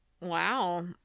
Wow